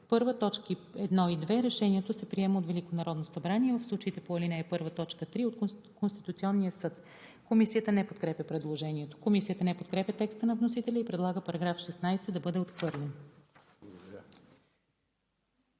1, т. 1 и 2 решението се приема от Великото народно събрание, а в случаите по ал. 1, т. 3 – от Конституционния съд.“ Комисията не подкрепя предложението. Комисията не подкрепя текста на вносителя и предлага § 16 да бъде отхвърлен.